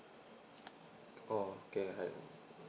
oh okay hi